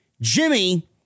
Jimmy